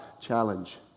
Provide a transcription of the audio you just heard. Challenge